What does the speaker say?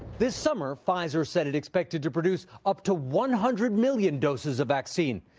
this summer pfizer said it expected to produce up to one hundred million doses of vaccine.